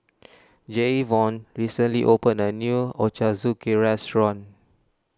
Jayvon recently opened a new Ochazuke restaurant